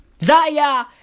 Zaya